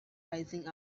rising